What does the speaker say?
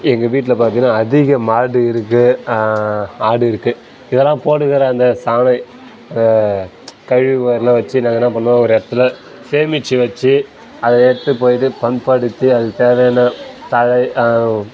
எங்கள் வீட்டில் பார்த்திங்கன்னா அதிக மாடு இருக்கு ஆடு இருக்கு இதெல்லாம் போடுகிற அந்த சாணி கழிவு வரதெல்லாம் வச்சு நாங்கள் என்ன பண்ணுவோம் ஒரு இடத்துல சேமிச்சு வச்சு அதை எடுத்துகிட்டு போய்விட்டு பண்படுத்தி அதுக்கு தேவையான தழை